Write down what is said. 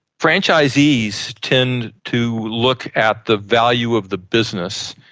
franchisees tend to look at the value of the business.